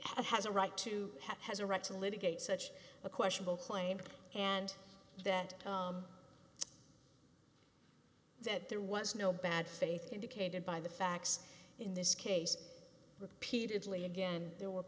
has a right to have has a right to litigate such a question will claim and that that there was no bad faith indicated by the facts in this case repeatedly again there were